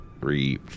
three